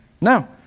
no